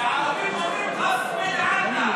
בערבית אומרים ראס בין עינכ.